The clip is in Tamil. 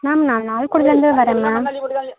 மேம் நான் லால்குடிலேருந்து வரேன் மேம்